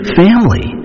family